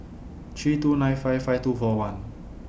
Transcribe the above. three two nine five five two four one